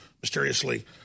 mysteriously